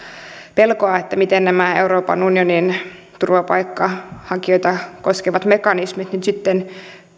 pelkoa miten nämä euroopan unionin turvapaikanhakijoita koskevat mekanismit nyt sitten